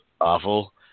awful